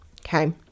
okay